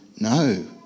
No